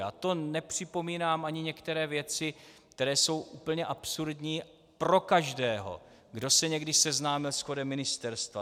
A to nepřipomínám ani některé věci, které jsou úplně absurdní pro každého, kdo se někdy seznámil s chodem ministerstva.